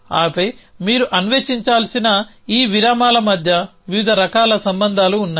ఆపై మీరు అన్వేషించాల్సిన ఈ విరామాల మధ్య వివిధ రకాల సంబంధాలు ఉన్నాయి